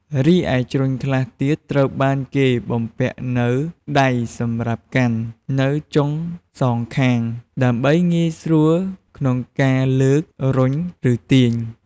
រីឯ ជ្រញ់ខ្លះទៀតត្រូវបានគេបំពាក់នូវ ដៃសម្រាប់កាន់ នៅចុងសងខាង ដើម្បីងាយស្រួលក្នុងការលើក រុញ ឬទាញ។